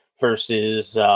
versus